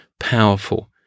powerful